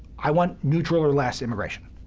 i want neutral or less immigration.